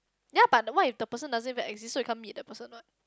ya but what if the person doesn't even exist so you can't meet the person what